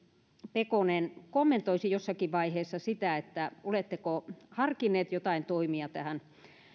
pekonen kommentoisi jossakin vaiheessa oletteko harkinneet jotain toimia